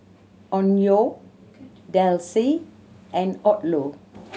Onkyo Delsey and Odlo